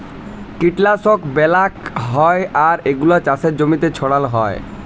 কীটলাশক ব্যলাক হ্যয় আর এগুলা চাসের জমিতে ছড়াল হ্য়য়